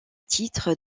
titre